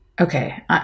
okay